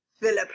Philip